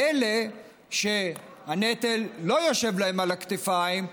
לאלה שהנטל לא יושב להם על הכתפיים,